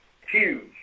huge